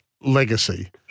legacy